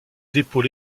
dépôt